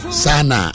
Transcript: sana